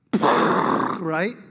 Right